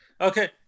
Okay